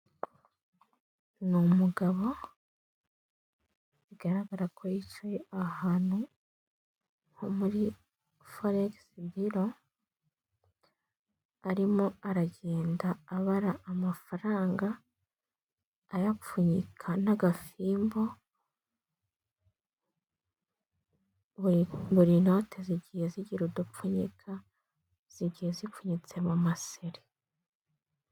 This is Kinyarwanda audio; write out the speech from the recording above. Ni umugabo bigaragara ko yicaye ahantu ho muri farex biro arimo aragenda abara amafaranga, ayapfunyika n'agafimbo, we buri inote zigiye zigira udupfunyika, zigiye zipfunyitse mu maseri.